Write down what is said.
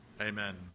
Amen